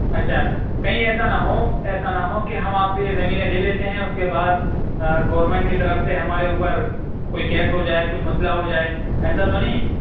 اچھا کہیں ایسا نہ ہو ایسا نہ ہو کہ ہم آپ سے یہ زمینیں لے لیتے ہیں اس کے بعد گورنمنٹ کی طرف سے ہمارے اوپر کوئی کیس ہو جائے کچھ مسئلہ ہو جائے ایسا تو نہیں ہے